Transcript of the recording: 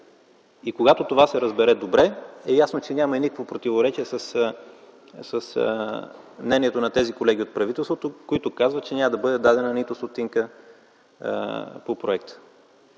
И когато това се разбере добре, е ясно, че няма никакво противоречие с мнението на тези колеги от правителството, които казват, че няма да бъде дадена нито стотинка по проекта.